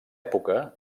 època